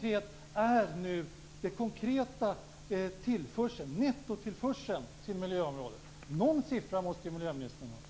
Vad är den konkreta tillförseln, nettotillförseln, till miljöområdet? Någon siffra måste ju miljöministern ha.